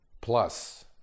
Plus